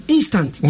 Instant